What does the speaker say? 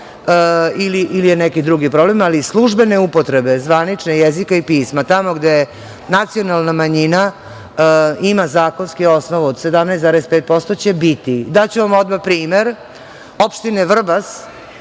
ili je neki drugi problem, ali službene upotrebe zvaničnog jezika i pisma, tamo gde nacionalna manjina ima zakonski osnov od 17,5% će biti. Daću vam odmah primer opštine Vrbas